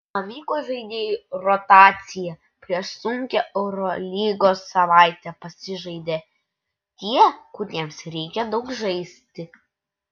pavyko žaidėjų rotacija prieš sunkią eurolygos savaitę pasižaidė tie kuriems reikia daug žaisti